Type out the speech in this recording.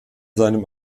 seinem